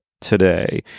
today